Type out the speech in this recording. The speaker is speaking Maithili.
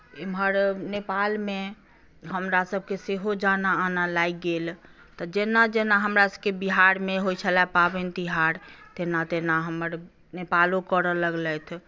एम्हर नेपालमे हमरासभकेँ सेहो जाना आना लागि गेल तऽ जेना जेना हमरासभकेँ बिहारमे होइत छलए पाबनि तिहार तेना तेना हमर नेपालो करय लगलथि